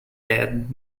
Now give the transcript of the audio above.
bed